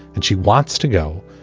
and she wants to go.